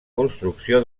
construcció